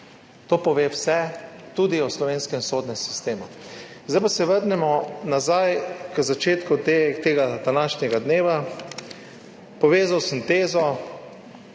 To pove vse tudi o slovenskem sodnem sistemu. Zdaj pa se vrnemo k začetku tega današnjega dneva. Povezal sem tezo,